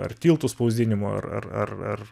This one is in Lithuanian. ar tiltų spausdinimu ar ar ar ar